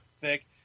thick